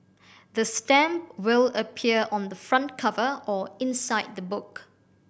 the stamp will appear on the front cover or inside the book